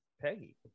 Peggy